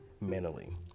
mentally